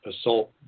assault